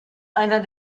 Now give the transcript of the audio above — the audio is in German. einer